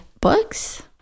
books